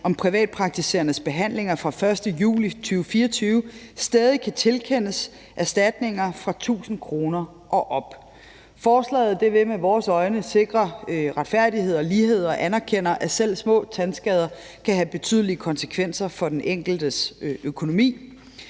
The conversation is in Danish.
om privatpraktiserendes behandlinger fra den 1. juli 2024 stadig kan tilkendes erstatninger fra 1.000 kr. og op. Forslaget vil med vores øjne sikre retfærdighed og lighed og anerkender, at selv små tandskader kan have betydelige konsekvenser for den enkeltes økonomi.